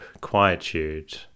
quietude